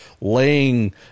laying